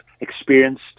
experienced